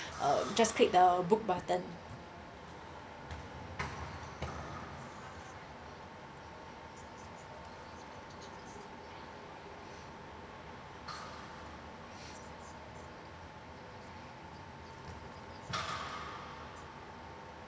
uh just click the book button